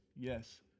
yes